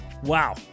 wow